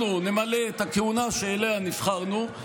אנחנו נמלא את הכהונה שאליה נבחרנו,